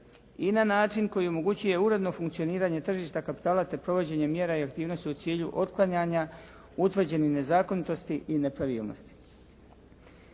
i na način koji omogućuje uredno funkcioniranje tržišta kapitala te provođenje mjera i aktivnosti u cilju otklanjanja utvrđenih nezakonitosti i nepravilnosti.